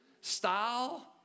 Style